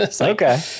Okay